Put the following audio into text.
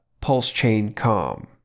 pulsechain.com